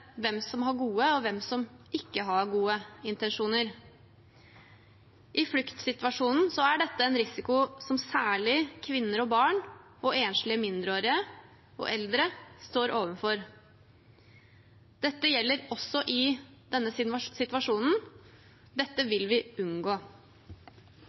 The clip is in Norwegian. hvem som har gode intensjoner, og hvem som ikke har gode intensjoner. I fluktsituasjonen er dette en risiko som særlig kvinner, barn, enslige mindreårige og eldre står overfor. Det gjelder også i denne situasjonen. Dette vil vi